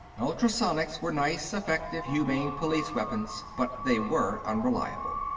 ultrasonics were nice, effective, humane police weapons, but they were unreliable.